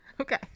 Okay